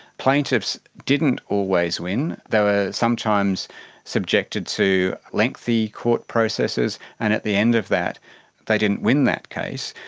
plaintiffs didn't always win. they were sometimes subjected to lengthy court processes, and at the end of that they didn't win that case.